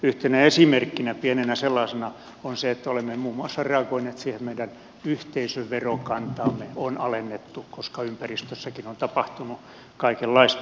yhtenä esimerkkinä pienenä sellaisena on se että olemme reagoineet muun muassa niin että meidän yhteisöverokantaamme on alennettu koska ympäristössäkin on tapahtunut kaikenlaista